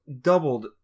doubled